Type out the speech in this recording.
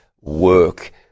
work